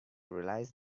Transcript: realize